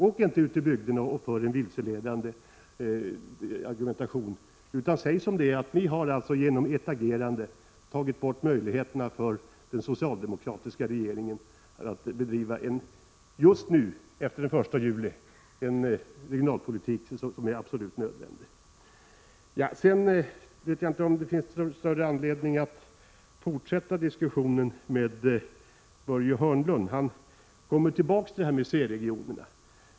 Åk inte ut i bygderna och för en vilseledande argumentation, utan säg som det är att ni genom ert agerande har tagit bort möjligheterna för den socialdemokratiska regeringen att efter den 1 juli bedriva en regionalpolitik som är absolut nödvändig! Jag vet inte om det finns någon större anledning att fortsätta diskussionen med Börje Hörnlund. Han återkommer i sitt anförande till C-regionerna.